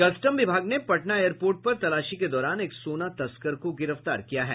custom विभाग ने Patna airport पर तलाशी के दौरान एक सोना तस्कर को गिरफ्तार किया है